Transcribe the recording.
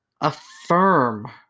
affirm